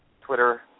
Twitter